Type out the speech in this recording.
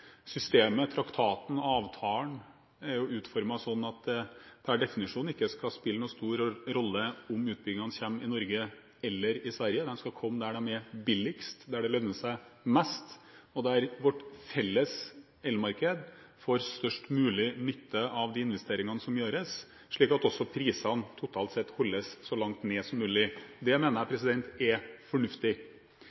Systemet, traktaten, avtalen er utformet sånn at det per definisjon ikke skal spille noen stor rolle om utbyggingene kommer i Norge eller i Sverige. De skal komme der de er billigst, der det lønner seg mest, og der vårt felles elmarked får størst mulig nytte av de investeringene som gjøres, slik at også prisene totalt sett holdes så langt nede som mulig. Det mener jeg